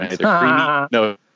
no